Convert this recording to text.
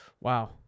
Wow